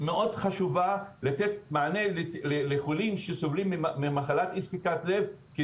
מאוד חשובה לתת מענה לחולים הסובלים ממחלת אי ספיקת לב,